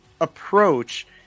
approach